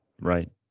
right